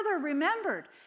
remembered